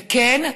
וכן,